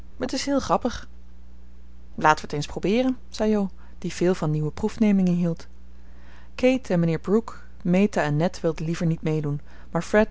het is heel grappig laten we t eens probeeren zei jo die veel van nieuwe proefnemingen hield kate en mijnheer brooke meta en ned wilden liever niet meedoen maar fred